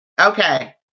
Okay